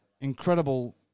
incredible